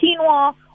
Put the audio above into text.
quinoa